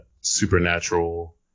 supernatural